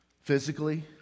Physically